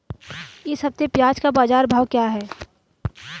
इस हफ्ते प्याज़ का बाज़ार भाव क्या है?